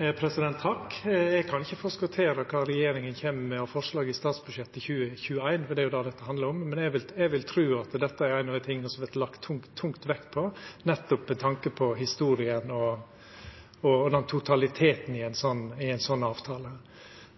Eg kan ikkje forskotera kva regjeringa kjem med av forslag i statsbudsjettet for 2021, for det er det dette handlar om, men eg vil tru at dette er av dei tinga som det vert lagt tungt vekt på, nettopp med tanke på historia og totaliteten i ein slik avtale.